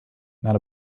not